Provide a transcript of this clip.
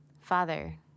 Father